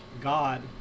god